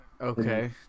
Okay